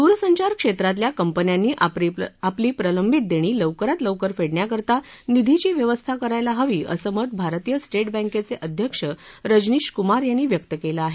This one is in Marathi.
द्रसंचार क्षेत्रातल्या कंपन्यांनी आपली प्रलंबित देणी लवकरात लवकर फेडण्याकरता निधीची व्यवस्था करायला हवी असं मत भारतीय स्टेट बँकेचे अध्यक्ष रजनीश कुमार यांनी व्यक्त केलं आहे